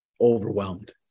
overwhelmed